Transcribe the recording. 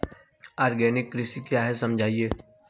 Organic कृषि क्या है समझाइए?